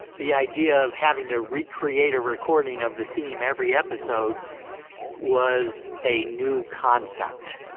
the idea of having to recreate a recording of the theme every episode was a new concept.